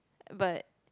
but